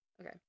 Okay